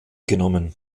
genommen